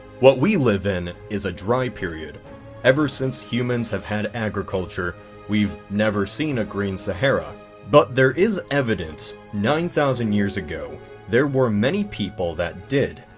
what we live in is a dry period ever since humans have had agriculture we've never seen a green sahara but there is evidence nine thousand years ago there were many people that did,